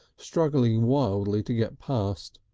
struggling wildly to get past.